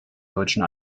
deutschen